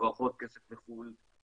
הברחות כסף לחו"ל,